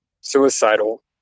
suicidal